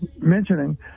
mentioning